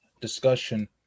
discussion